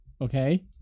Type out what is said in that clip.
Okay